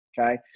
Okay